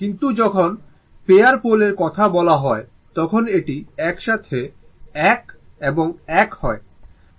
কিন্তু যখন পেয়ার পোলের কথা বলা হয় তখন এটি একসাথে 1 এবং 1 হয়